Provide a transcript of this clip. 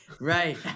Right